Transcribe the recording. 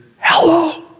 Hello